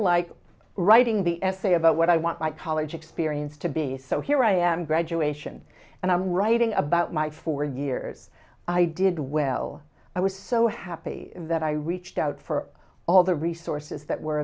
like writing the essay about what i want my college experience to be so here i am graduation and i'm writing about my four years i did well i was so happy that i reached out for all the resources that were